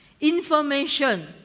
information